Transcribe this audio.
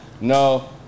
No